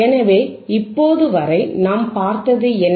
எனவே இப்போது வரை நாம் பார்த்தது என்ன